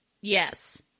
Yes